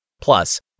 Plus